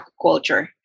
Aquaculture